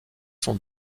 sont